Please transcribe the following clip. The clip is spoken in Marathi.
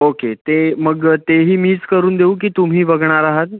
ओके ते मग तेही मीच करून देऊ की तुम्ही बघणार आहात